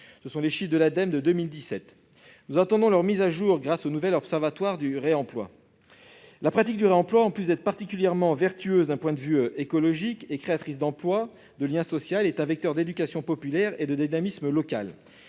selon les chiffres de l'Ademe de 2017. Nous attendons leur mise à jour grâce au nouvel observatoire du réemploi. La pratique du réemploi, en plus d'être particulièrement vertueuse d'un point de vue écologique, est créatrice d'emplois et de lien social ; c'est un vecteur d'éducation populaire et de dynamisme local.